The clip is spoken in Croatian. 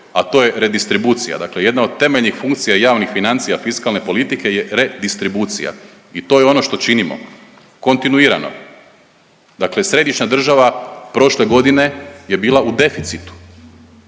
a to je redistribucija. Dakle, jedna od temeljnih funkcija javnih financija fiskalne politike je redistribucija. I to je ono što činimo. Kontinuirano. Dakle, središnja država prošle godine je bila u deficitu.